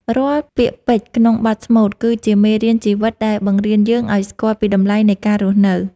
រាល់ពាក្យពេចន៍ក្នុងបទស្មូត គឺជាមេរៀនជីវិតដែលបង្រៀនយើងឱ្យស្គាល់ពីតម្លៃនៃការរស់នៅ។